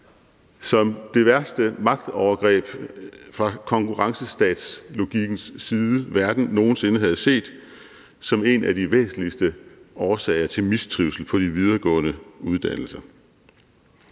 som det værste magtovergreb fra konkurrencestatslogikkens side, verden nogen sinde havde set, og som en af de væsentligste årsager til mistrivsel på de videregående uddannelser.